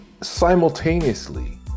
simultaneously